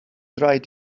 rhaid